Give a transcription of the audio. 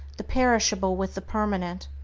the perishable with the permanent,